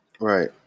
Right